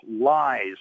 lies